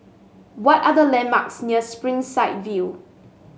what are the landmarks near Springside View